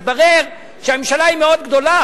התברר שהממשלה היא מאוד גדולה,